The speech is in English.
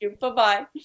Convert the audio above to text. Bye-bye